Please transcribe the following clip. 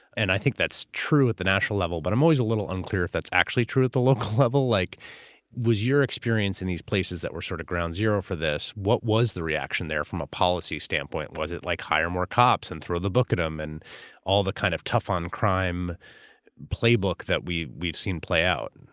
and i think that's true at the national level, but i'm always a little unclear if that's actually true at the local level. like was your experience in these places that were sort of ground zero for this. what was the reaction there from a policy standpoint? was it like, hire more cops and throw the book at him and all the kind of tough-on-crime playbook that we've we've seen play out? and